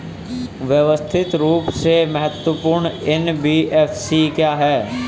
व्यवस्थित रूप से महत्वपूर्ण एन.बी.एफ.सी क्या हैं?